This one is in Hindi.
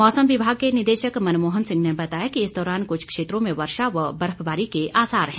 मौसम विभाग के निदेशक मनमोहन सिंह ने बताया कि इस दौरान क्छ क्षेत्रों में वर्षा व बर्फबारी के आसार हैं